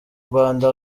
rwanda